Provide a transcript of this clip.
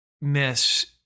miss